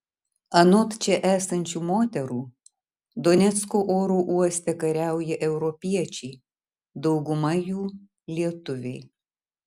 anot čia esančių moterų donecko oro uoste kariauja europiečiai dauguma jų lietuviai